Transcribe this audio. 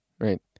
Right